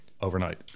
overnight